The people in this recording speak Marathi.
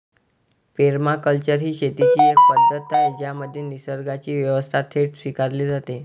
पेरमाकल्चर ही शेतीची एक पद्धत आहे ज्यामध्ये निसर्गाची व्यवस्था थेट स्वीकारली जाते